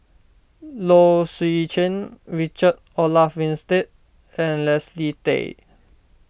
Low Swee Chen Richard Olaf Winstedt and Leslie Tay